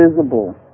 visible